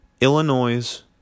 Illinois